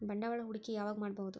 ಬಂಡವಾಳ ಹೂಡಕಿ ಯಾವಾಗ್ ಮಾಡ್ಬಹುದು?